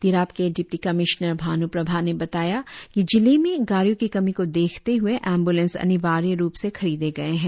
तिराप के deputy commissioner Bhanu Prabha ने बताया कि जिले में गाडियों की कमी को देखते हुए एम्ब्लेंस अनिवार्य रूप से खरीदे गये हैं